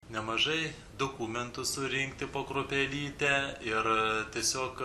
nemažai dokumentų surinkti po kruopelytę ir tiesiog